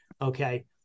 Okay